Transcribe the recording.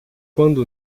quando